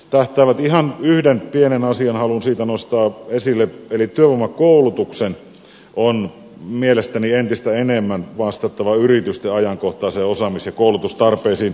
ihan yhden pienen asian haluan siitä nostaa esille eli työvoimakoulutuksen on mielestäni entistä enemmän vastattava yritysten ajankohtaisiin osaamis ja koulutustarpeisiin